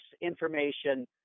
information